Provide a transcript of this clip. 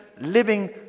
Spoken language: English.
living